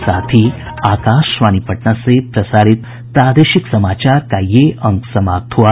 इसके साथ ही आकाशवाणी पटना से प्रसारित प्रादेशिक समाचार का ये अंक समाप्त हुआ